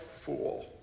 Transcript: fool